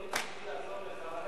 לא ניסיתי לעזור לך,